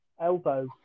elbow